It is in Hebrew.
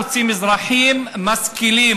רוצים אזרחים משכילים,